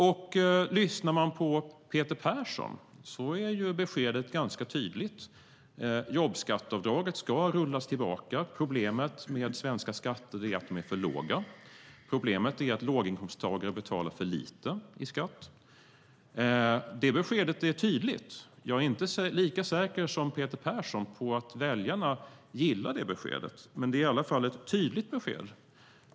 När man lyssnar på Peter Persson är beskedet ganska tydligt: Jobbskatteavdraget ska rullas tillbaka. Problemet med svenska skatter är att de är för låga. Problemet är att låginkomsttagare betalar för lite i skatt. Det beskedet är tydligt. Jag är inte lika säker som Peter Persson på att väljarna gillar beskedet, men det är i alla fall ett tydligt besked.